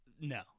No